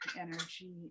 energy